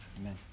amen